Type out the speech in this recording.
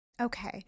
Okay